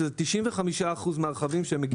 שזה 95% מהרכבים שמגיעים,